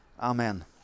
Amen